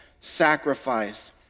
sacrifice